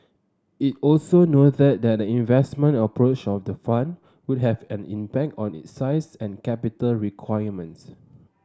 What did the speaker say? it also noted that the investment approach of the fund would have an impact on its size and capital requirements